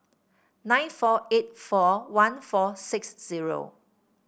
nine four eight four one four six zero